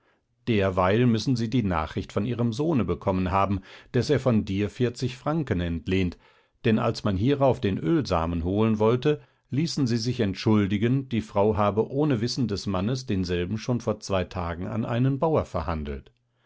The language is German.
derweil müssen sie die nachricht von ihrem sohne bekommen haben daß er von dir vierzig franken entlehnt denn als man hierauf den ölsamen holen wollte ließen sie sich entschuldigen die frau habe ohne wissen des mannes denselben schon vor zwei tagen an einen bauer verhandelt